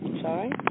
Sorry